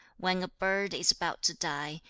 when a bird is about to die,